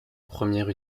première